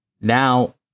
now